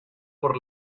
por